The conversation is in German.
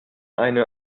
eine